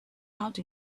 out